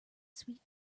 sweet